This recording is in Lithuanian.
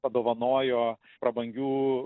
padovanojo prabangių